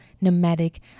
nomadic